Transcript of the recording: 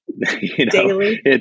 Daily